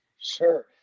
Sure